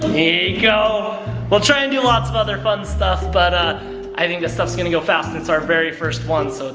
we'll try and do lots of other fun stuff, but, ah i think that stuff's gonna go fast and it's our very first ones, so